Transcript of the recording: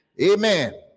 Amen